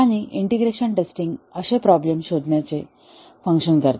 आणि integration testing अशा problem शोधण्याचे फंक्शन करते